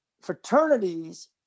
Fraternities